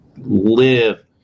Live